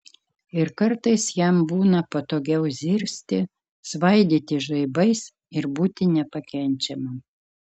ir kartais jam būna patogiau zirzti svaidytis žaibais ir būti nepakenčiamam